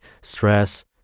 stress